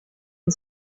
and